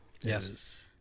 Yes